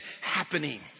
happening